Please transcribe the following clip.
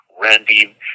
Randy